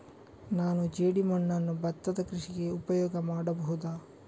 ನಾನು ಜೇಡಿಮಣ್ಣನ್ನು ಭತ್ತದ ಕೃಷಿಗೆ ಉಪಯೋಗ ಮಾಡಬಹುದಾ?